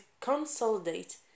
consolidate